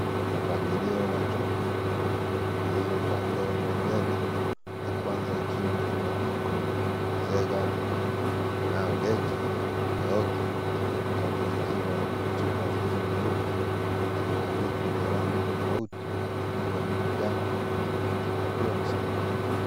Mpangilio wa chupa zilizo upande wa mbele ya kwanza ikiwa kibandiko Nzegambu, kunao Deja, Leoki zote zikiwa ni chupa zilizo nyeupe na vibandiko vya rangi tofauti ikiwa ni kijani ikifuatiwa na samaki.